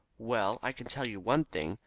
well, i can tell you one thing.